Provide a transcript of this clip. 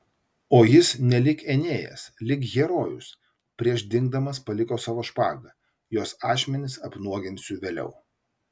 o jis nelyg enėjas lyg herojus prieš dingdamas paliko savo špagą jos ašmenis apnuoginsiu vėliau